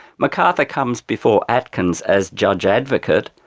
macarthur comes before atkins as judge advocate.